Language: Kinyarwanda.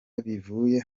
bivuye